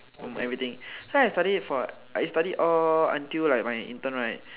from everything so I studied for I studied all until my intern right